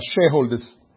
shareholders